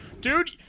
dude